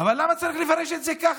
אבל למה צריך לפרש את זה ככה,